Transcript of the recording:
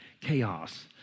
chaos